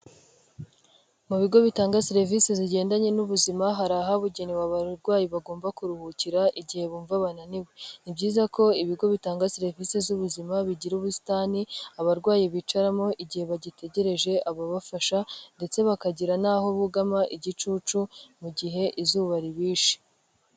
Mu bigo bitanga serivisi zigendanye n'ubuzima, hari ahabugenewe abarwayi bagomba kuruhukira, igihe bumva bananiwe. Ni byiza ko ibigo bitanga serivisi z'ubuzima bigira ubusitani abarwayi bicaramo igihe bagitegereje ababafasha ndetse bakagira n'aho bugama igicucu mu gihe izuba ribishe.